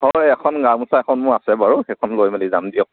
হয় এখন গামোচা এখন মোৰ আছে বাৰু সেইখন লৈ মেলি যাম দিয়ক